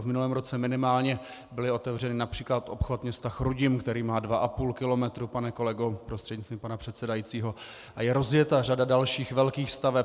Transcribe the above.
V minulém roce minimálně byly otevřeny například obchvat města Chrudim, který má dva a půl kilometru, pane kolego prostřednictvím pana předsedajícího, a je rozjeta řada dalších velkých staveb.